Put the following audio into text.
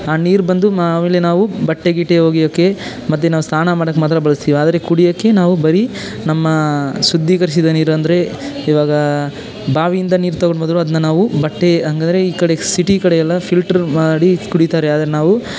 ಆ ನೀರು ಬಂದು ಮಾ ಆಮೇಲೆ ನಾವು ಬಟ್ಟೆ ಗಿಟ್ಟೆ ಒಗೆಯೋಕ್ಕೆ ಮತ್ತೆ ನಾವು ಸ್ನಾನ ಮಾಡೋಕೆ ಮಾತ್ರ ಬಳಸ್ತೀವಿ ಆದರೆ ಕುಡಿಯೋಕ್ಕೆ ನಾವು ಬರೀ ನಮ್ಮ ಶುದ್ಧೀಕರಿಸಿದ ನೀರೆಂದರೆ ಈವಾಗ ಬಾವಿಯಿಂದ ನೀರು ತಗೊಂಡು ಬಂದರು ಅದನ್ನ ನಾವು ಬಟ್ಟೆ ಹಂಗಾದ್ರೆ ಈ ಕಡೆ ಸಿಟಿ ಕಡೆ ಎಲ್ಲ ಫಿಲ್ಟ್ರ್ ಮಾಡಿ ಕುಡಿತಾರೆ ಆದರೆ ನಾವು